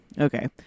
Okay